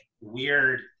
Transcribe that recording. weird